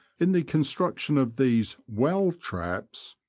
in the construction of these well traps,